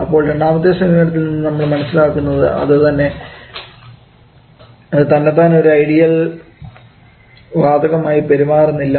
അപ്പോൾ രണ്ടാമത്തെ സമീപനത്തിൽ നിന്നും നമ്മൾ മനസ്സിലാക്കുന്നത് അത് തന്നെതാൻ ഒരു ഐഡിയൽ വാതകമായി പെരുമാറുന്നില്ല